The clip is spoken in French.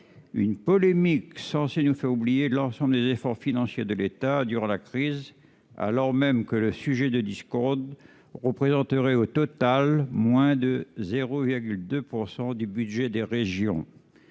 Cette polémique est censée nous faire oublier l'ensemble des efforts financiers consentis par l'État durant la crise, alors même que le sujet de la discorde représenterait au total moins de 0,2 % du budget des régions.